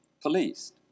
policed